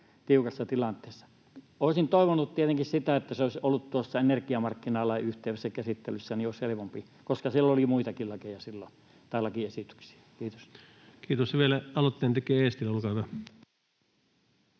tiukassa tilanteessa. Olisin toivonut tietenkin sitä, että se olisi ollut tuossa energiamarkkinalain yhteydessä käsittelyssä, se olisi helpompaa, koska siellä oli muitakin lakiesityksiä silloin. — Kiitos. [Speech 212] Speaker: Ensimmäinen